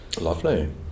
lovely